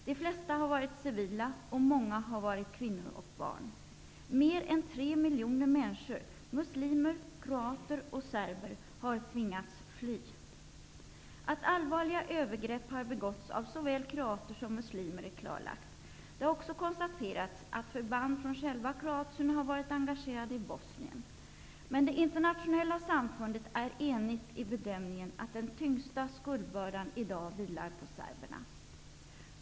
De flesta har varit civila, och många har varit kvinnor och barn. Mer än tre miljoner människor -- muslimer, kroater och serber -- har tvingats fly. Att allvarliga övergrepp har begåtts av såväl kroater som muslimer är klarlagt. Det har också konstaterats att förband från själva Kroatien har varit engagerade i Bosnien. Men det internationella samfundet är enigt i bedömningen att den tyngsta skuldbördan i dag vilar på serberna.